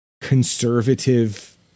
conservative